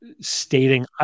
stating